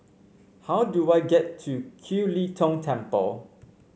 how do I get to Kiew Lee Tong Temple